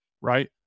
right